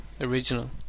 Original